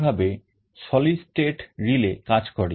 এইভাবে solid state relay কাজ করে